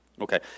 Okay